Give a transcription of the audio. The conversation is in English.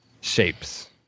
shapes